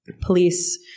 police